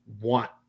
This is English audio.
want